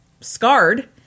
scarred